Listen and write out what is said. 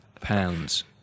pounds